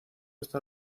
está